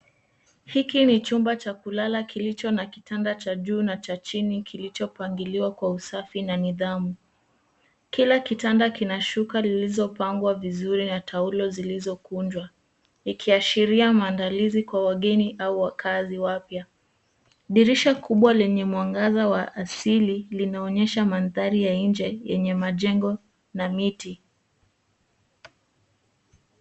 Hiki ni chumba cha kulala killicho na kitanda cha juu na cha chini kilichopangiliwa kwa usafi na nidhamu. Kila kitanda kina shuka zilizopangwa vizuri na taulo zilizokunjwa ikiashiria maandalizi kwa wageni au wakaazi wapya. Dirisha kubwa lenye mwangaza wa asili linaonyesha mandhari ya nje yenye majengo na miti.